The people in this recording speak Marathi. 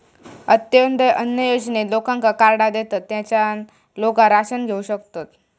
अंत्योदय अन्न योजनेत लोकांका कार्डा देतत, तेच्यान लोका राशन घेऊ शकतत